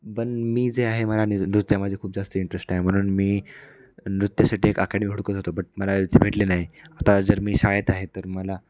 पण मी जे आहे मला न नृत्यामध्ये खूप जास्त इंटरेस्ट आहे म्हणून मी नृत्यासाठी एक आखाडा हुडकत होतो बट मला भेटले नाही आता जर मी शाळेत आहे तर मला